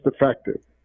effective